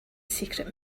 secret